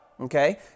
Okay